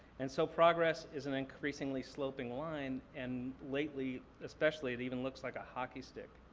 and so progress is an increasingly sloping line, and lately, especially, it even looks like a hockey stick.